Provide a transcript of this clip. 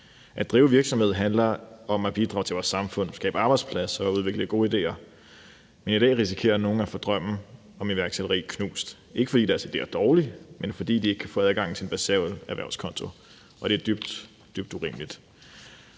At drive virksomhed handler om at bidrage til vores samfund, skabe arbejdspladser og udvikle gode idéer. Men i dag risikerer nogle at få drømmen om iværksætteri knust, ikke fordi deres idé er dårlig, men fordi de ikke kan få adgang til en basal erhvervskonto, og det er dybt, dybt urimeligt.